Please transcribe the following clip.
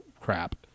crap